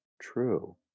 true